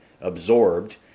absorbed